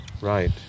Right